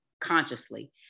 consciously